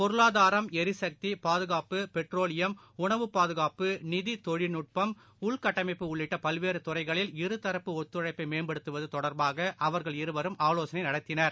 பொருளாதாரம் எரிசக்தி பாதுகாப்பு பெட்ரோலியம் உணவுப்பாதுகாப்பு நிதிதொழில்நுட்பம் உள்கட்டமாப்பு உள்ளிட்டபல்வேறுதுறைகளில் இருதரப்பு ஒத்துழைப்பைமேம்படுத்துவத்தொடர்பாகஅவர்கள் இருவரும் ஆலோசனைநடத்தினர்